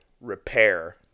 repair